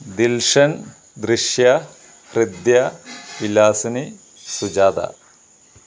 Dilshan Drishya Hridya Vilasini Sujatha